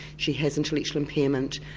she has intellectual impairment.